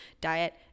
diet